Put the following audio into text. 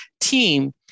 team